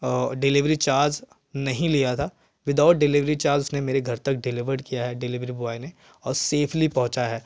delivery charge नहीं लिया था विदआउट डिलिवरी चार्ज उसने मेरे घर तक डिलिवर्ड किया है डिलिवरी बॉय ने और सेफ़ली पहुँचा है